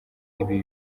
ibi